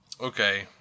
okay